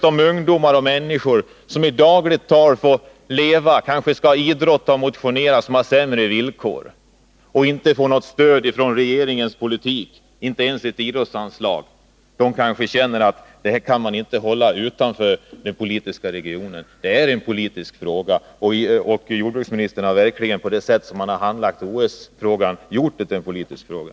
De ungdomar och övriga människor som i det dagliga livet lever under dåliga villkor och som inte ens får ett stöd från regeringen i form av idrottsanslag till idrottande och motionerande, känner nog att denna fråga inte kan hållas utanför den politiska regionen. OS-frågan är en politisk fråga, och jordbruksministern har genom det sätt på vilket han handlagt frågan verkligen gjort den till politisk fråga.